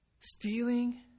stealing